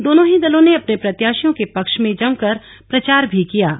दोनों ही दलों ने अपने प्रत्याशियों के पक्ष में जमकर प्रचार भी किया है